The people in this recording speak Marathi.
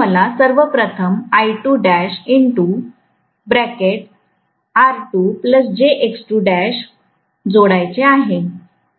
मला सर्वप्रथमजोडायचे आहे